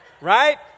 right